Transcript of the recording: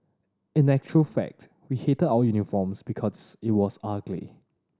in actual fact we hated our uniforms because it was ugly